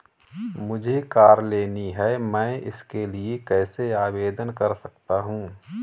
मुझे कार लेनी है मैं इसके लिए कैसे आवेदन कर सकता हूँ?